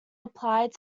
applied